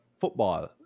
football